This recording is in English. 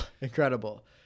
Incredible